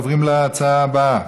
אנחנו עוברים להצעות הבאות,